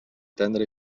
tendre